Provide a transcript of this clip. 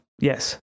Yes